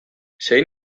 zein